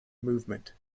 movement